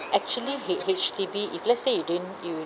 actually H H_D_B if let's say you didn't you